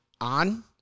on